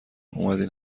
اومدین